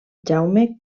jaume